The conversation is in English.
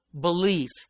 Belief